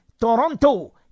Toronto